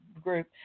group